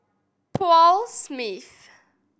Paul Smith